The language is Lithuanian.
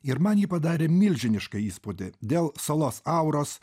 ir man ji padarė milžinišką įspūdį dėl salos auros